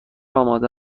آماده